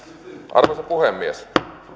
arvoisa puhemies